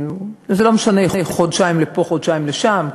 זה לא משנה חודשיים לפה, חודשיים לשם,